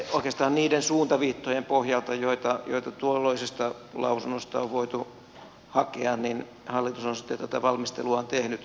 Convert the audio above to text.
oikeastaan niiden suuntaviittojen pohjalta joita tuolloisesta lausunnosta on voitu hakea hallitus on sitten tätä valmisteluaan tehnyt